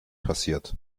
passiert